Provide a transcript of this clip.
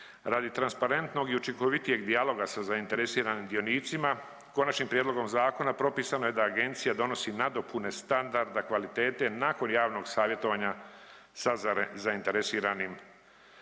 Radi transparentnog i učinkovitijeg dijaloga za zainteresiranim dionicima, Konačnim prijedlogom zakona propisano je da Agencija donosi nadopune standarda kvalitete nakon javnog savjetovanja sa zainteresiranim